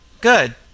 good